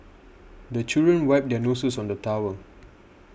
the children wipe their noses on the towel